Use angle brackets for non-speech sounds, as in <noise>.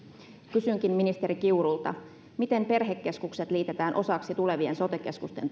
kysynkin ministeri kiurulta miten perhekeskukset liitetään osaksi tulevien sote keskusten <unintelligible>